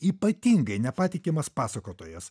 ypatingai nepatikimas pasakotojas